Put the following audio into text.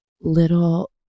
little